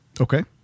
Okay